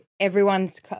Everyone's